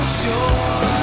sure